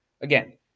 Again